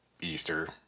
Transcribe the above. Easter